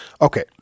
Okay